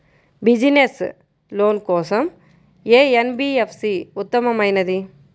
Business loan కోసం ఏ NBFC ఉత్తమమైనది?